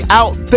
out